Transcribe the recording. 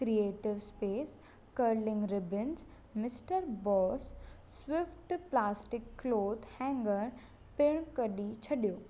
creative space curling ribbons mister boss swift plastic cloth hanger पिण कढी छॾियो